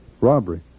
Robbery